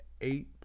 eight